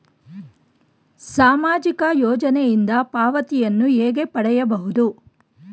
ಸಾಮಾಜಿಕ ಯೋಜನೆಯಿಂದ ಪಾವತಿಯನ್ನು ಹೇಗೆ ಪಡೆಯುವುದು?